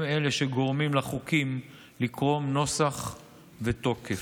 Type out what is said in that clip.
הם אלה שגורמים לחוקים לקרום נוסח ותוקף.